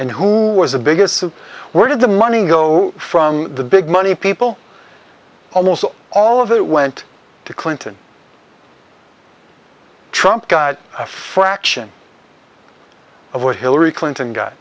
and who was the biggest so where did the money go from the big money people almost all of it went to clinton trump got a fraction of what hillary clinton got